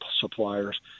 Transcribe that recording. suppliers